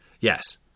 Yes